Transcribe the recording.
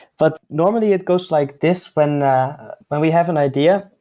but normally it goes like this when when we have an idea,